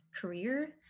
career